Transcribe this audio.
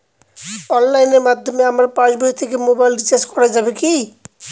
অনলাইনের মাধ্যমে আমার পাসবই থেকে মোবাইল রিচার্জ করা যাবে কি?